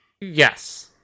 Yes